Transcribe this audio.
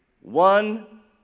one